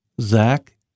Zach